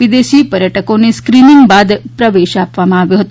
વિદેશી પર્યટકોને સ્કિનિંગ બાદ પ્રવેશ આપવામાં આવ્યો હતો